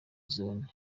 zone